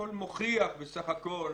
הכול מוכיח בסך הכול